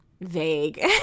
vague